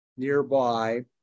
nearby